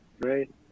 Great